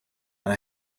and